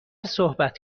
صحبت